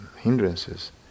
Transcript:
hindrances